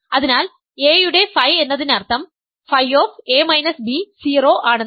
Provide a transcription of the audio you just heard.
അതിനാൽ a യുടെ phi എന്നതിനർത്ഥം Φ 0 ആണെന്നാണ്